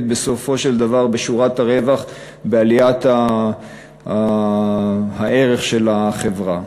בסופו של דבר בשורת הרווח בעליית הערך של החברה.